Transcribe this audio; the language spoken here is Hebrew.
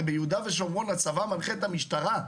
וביהודה ושומרון הצבא מנחה את המשטרה.